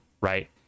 right